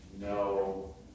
No